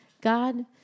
God